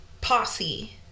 posse